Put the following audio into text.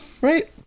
right